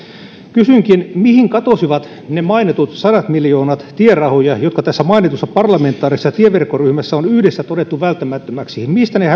kysynkin mihin katosivat ne mainitut sadat miljoonat tierahoja jotka tässä mainitussa parlamentaarisessa tieverkkoryhmässä on yhdessä todettu välttämättömiksi